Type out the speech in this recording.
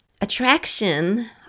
attraction